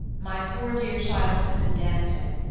my poor dear child had been dancing,